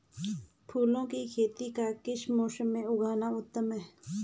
फूलों की खेती का किस मौसम में उगना उत्तम है?